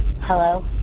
Hello